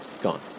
gone